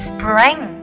Spring